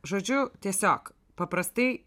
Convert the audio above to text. žodžiu tiesiog paprastai